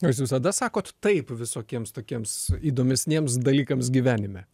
o jūs visada sakot taip visokiems tokiems įdomesniems dalykams gyvenime